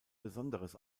besonderes